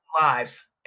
lives